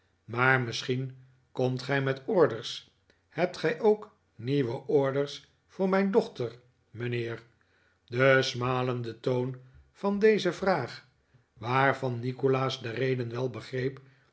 maar misschien komt gij niet orders hebt gij ook nieuwe orders voor mijn dochter mijnheer de smalende toon van deze vraag waarvan nikolaas de reden wel begreep